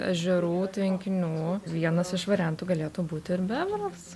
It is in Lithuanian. ežerų tvenkinių vienas iš variantų galėtų būti ir bebras